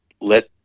let